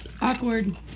Awkward